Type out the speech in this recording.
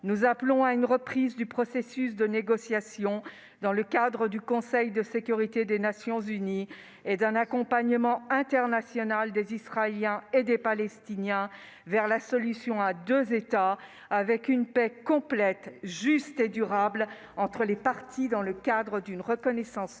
Nous appelons à une reprise du processus de négociation dans le cadre du Conseil de sécurité des Nations unies et d'un accompagnement international des Israéliens et des Palestiniens vers la solution à deux États avec une paix complète, juste et durable entre les parties, dans le cadre d'une reconnaissance mutuelle